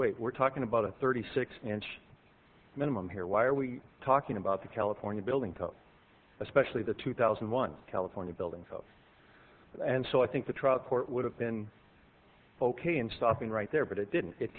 wait we're talking about a thirty six inch minimum here why are we talking about the california building codes especially the two thousand and one california buildings of and so i think the trial court would have been ok in stopping right there but it didn't it